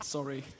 Sorry